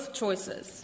choices